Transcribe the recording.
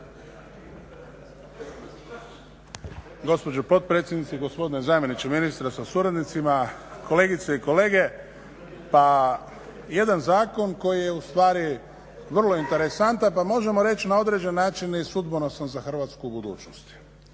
Gospođo potpredsjednice, gospodine zamjeniče ministra sa suradnicima, kolegice i kolege. Pa jedan zakon koji je ustvari vrlo interesantan pa možemo reći na određen način i sudbonosno za hrvatsku budućnosti.